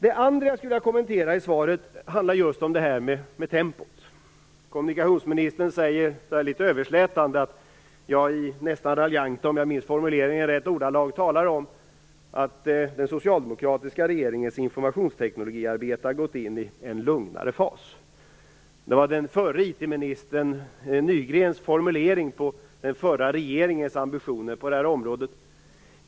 Det andra jag skulle vilja kommentera i svaret handlar just om tempot. Kommunikationsministern säger litet överslätande, ja, talar i nästan raljanta ordalag - om jag minns formuleringen rätt - om att den socialdemokratiska regeringens informationsteknikarbete har gått in i en lugnare fas. Det var den förre IT ministern Jan Nygrens formulering med syfte på den förra regeringens ambitioner på det här området.